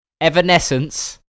Evanescence